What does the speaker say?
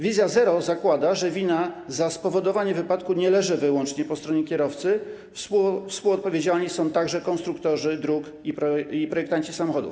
Wizja zero zakłada, że wina za spowodowanie wypadku nie leży wyłącznie po stronie kierowcy, współodpowiedzialni są także konstruktorzy dróg i projektanci samochodów.